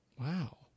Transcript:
Wow